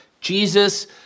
Jesus